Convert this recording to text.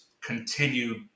continued